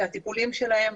הטיפולים שלהם,